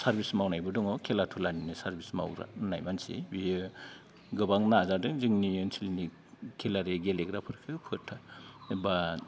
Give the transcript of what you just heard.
service मावनायबो दङ खेला धुलानिनो सारभिस मावनाय मानसि बियो गोबां नाजादों जोंनि ओनसोलनि खेला आरि गेलेग्राफोरखौ फोथार बा